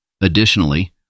Additionally